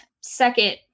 second